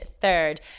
third